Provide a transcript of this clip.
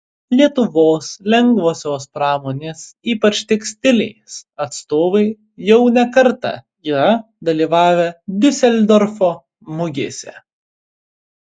lietuvos lengvosios pramonės ypač tekstilės atstovai jau ne kartą yra dalyvavę diuseldorfo mugėse